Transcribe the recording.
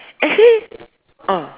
actually ah